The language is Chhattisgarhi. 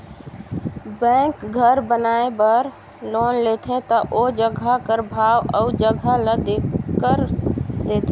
बेंक घर बनाए बर लोन देथे ता ओ जगहा कर भाव अउ जगहा ल देखकर देथे